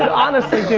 and honestly,